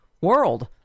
World